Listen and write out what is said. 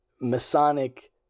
Masonic